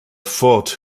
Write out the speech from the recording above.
ford